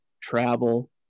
travel